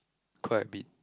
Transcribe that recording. quite a bit